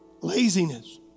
laziness